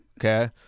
okay